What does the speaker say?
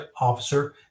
officer